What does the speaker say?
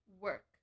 work